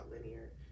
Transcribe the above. linear